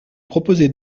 proposez